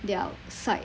their side